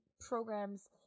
programs